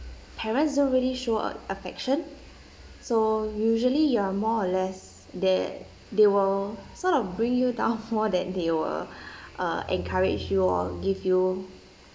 parents don't really show a~ affection so usually you are more or less they they will sort of bring you down more than they were uh encourage you or give you